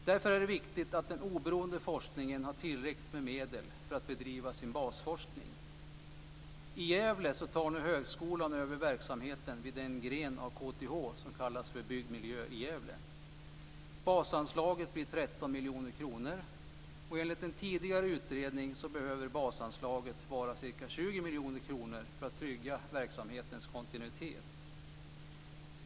Därför är det viktigt att den oberoende forskningen har tillräckligt med medel för att bedriva sin basforskning. I Gävle tar nu högskolan över verksamheten vid den gren av KTH som kallas för Byggd miljö i Gävle. Basanslaget blir 13 miljoner kronor. Enligt en tidigare utredning behöver basanslaget vara ca 20 miljoner kronor för att trygga verksamhetens kontinuitet.